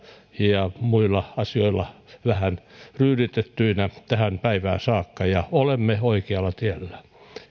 ja muilla asioilla vähän ryyditettynä tähän päivään saakka olemme oikealla tiellä